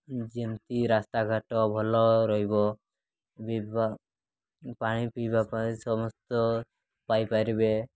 ଯେମିତି ରାସ୍ତାଘାଟ ଭଲ ରହିବ ପାଣି ପିଇବା ପାଇଁ ସମସ୍ତେ ପାଇପାରିବେ